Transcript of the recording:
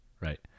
Right